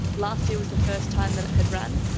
last year was the first time that it had run,